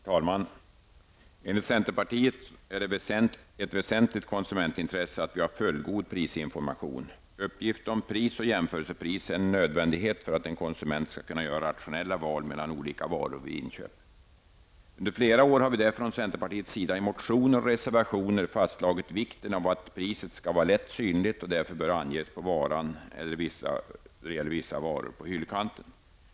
Herr talman! Enligt centerpartiet är det ett väsentligt konsumentintresse att vi har en fullgod prisinformation. Uppgift om pris och jämförelsepris är en nödvändighet för att en konsument skall kunna göra rationella val mellan olika varor vid inköp. Under flera år har vi därför från centerpartiets sida i motioner och reservationer fastslagit vikten av att priset skall vara lätt synligt och därför bör anges på varan eller på hyllkanten.